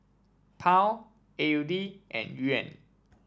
Pound A U D and Yuan